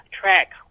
track